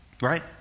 right